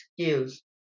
skills